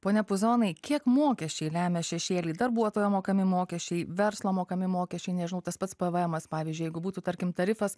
pone puzonai kiek mokesčiai lemia šešėlį darbuotojo mokami mokesčiai verslo mokami mokesčiai nežinau tas pats pvmas pavyzdžiui jeigu būtų tarkim tarifas